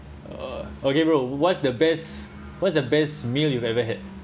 o~ okay bro what's the best what's the best meal you've ever had